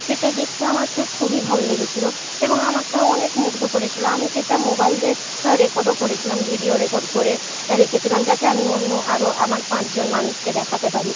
সেটা দেখতে আমাকে খুবই ভালো লেগেছিল এবং আমাকে অনেক মুগ্ধ করেছিল আমি সেটা মোবাইলে রেকর্ডও করেছিলাম ভিডিও রেকর্ড করে রেখেছিলাম যাতে আমি অন্য আরও আমার পাঁচজন মানুষকে দেখাতে পারি